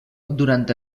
durant